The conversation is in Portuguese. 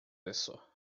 isso